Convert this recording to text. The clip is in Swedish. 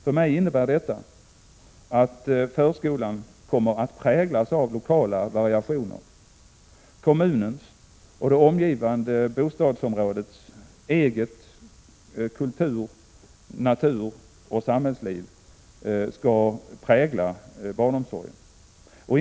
För mig innebär detta att förskolan kommer att präglas av lokala variationer. Kommunens och det omgivande bostadsområdets eget kultur-, naturoch samhällsliv skall prägla barnomsorgen.